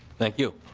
thank you.